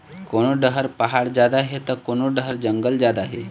कोनो डहर पहाड़ जादा हे त कोनो डहर जंगल जादा हे